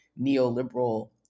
neoliberal